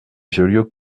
joliot